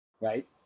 right